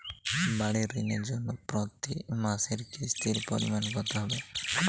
বাড়ীর ঋণের জন্য প্রতি মাসের কিস্তির পরিমাণ কত হবে?